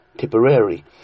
Tipperary